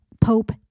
pope